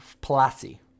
Palazzi